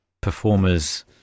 performer's